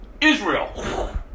Israel